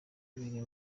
biri